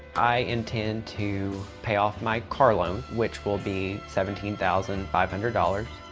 i intend to pay off my car loan, which will be seventeen thousand five hundred dollars.